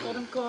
אז קודם כל,